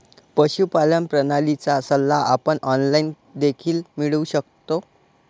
पशुपालन प्रणालीचा सल्ला आपण ऑनलाइन देखील मिळवू शकतो